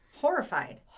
Horrified